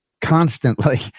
constantly